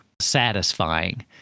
satisfying